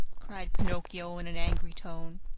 cried pinocchio in an angry tone.